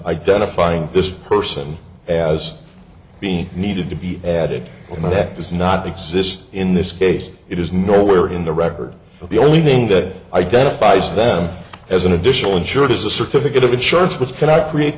identifying this person as being needed to be added to my neck does not exist in this case it is nowhere in the record but the only thing that identifies them as an additional insured is a certificate of insurance which cannot create